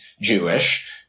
Jewish